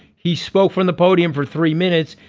he spoke from the podium for three minutes.